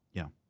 yeah.